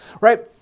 right